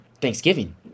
Thanksgiving